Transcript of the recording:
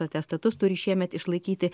atestatus turi šiemet išlaikyti